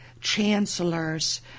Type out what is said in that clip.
chancellor's